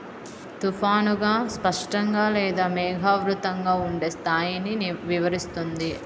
తుఫానుగా, స్పష్టంగా లేదా మేఘావృతంగా ఉండే స్థాయిని వివరిస్తుంది